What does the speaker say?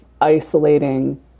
isolating